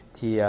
Thì